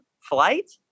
flight